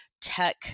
tech